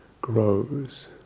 grows